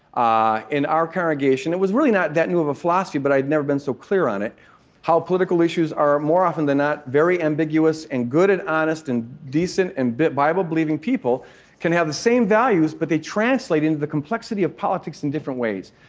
ah in our congregation it was really not that new of a philosophy, but i'd never been so clear on it how political issues are, more often than not, very ambiguous and good and honest and decent and bible-believing people can have the same values, but they translate into the complexity of politics in different ways,